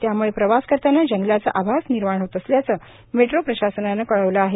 त्यामुळे प्रवास करतांना जंगलाचा आभास निर्माण होत असल्याचं मेट्रो प्रशासनानं कळवलं आहे